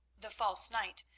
the false knight,